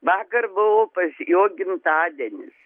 vakar buvau pas jo gimtadienis